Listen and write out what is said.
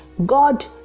god